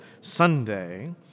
Sunday